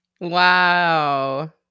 Wow